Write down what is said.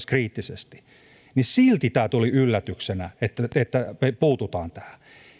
kriittisesti niin silti tuli yllätyksenä että me puutumme tähän